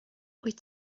wyt